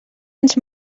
ens